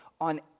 on